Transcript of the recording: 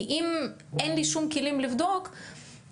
כי אם אין לי שום כלים לבדוק את זה,